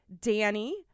Danny